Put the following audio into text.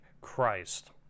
Christ